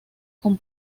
con